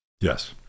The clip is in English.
Yes